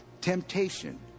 Temptation